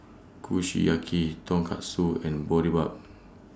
Kushiyaki Tonkatsu and Boribap